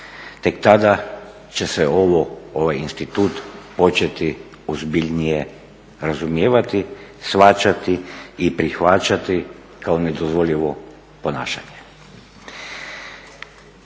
tek tada će se ovaj institut početi ozbiljnije razumijevati, shvaćati i prihvaćati kao nedozvoljivo ponašanje.